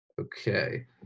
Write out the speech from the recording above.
Okay